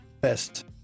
best